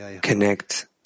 connect